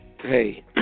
hey